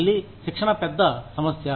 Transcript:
మళ్ళీ శిక్షణ పెద్ద సమస్య